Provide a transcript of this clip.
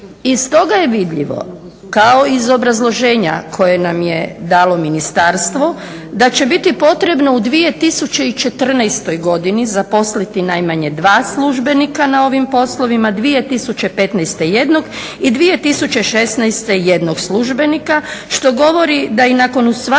Iz toga je vidljivo, kao i iz obrazloženja koje nam je dalo Ministarstvo, da će biti potrebno u 2014. godini zaposliti najmanje dva službenika na ovim poslovima, 2015. jednog i 2016. jednog službenika, što govori da i nakon usvajanja